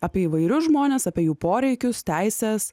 apie įvairius žmones apie jų poreikius teises